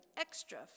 extra